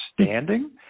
standing